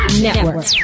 Network